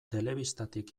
telebistatik